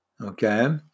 okay